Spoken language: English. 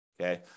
okay